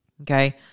Okay